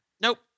Nope